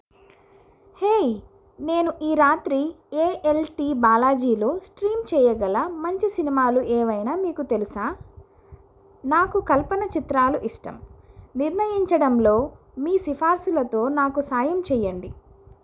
hey నేను ఈ రాత్రి ఏ యల్ టీ బాలాజీలో స్ట్రీమ్ చేయగల మంచి సినిమాలు ఏవైనా మీకు తెలుసా నాకు కల్పన చిత్రాలు ఇష్టం నిర్ణయించడంలో మీ సిఫార్సులతో నాకు సాయం చెయ్యండి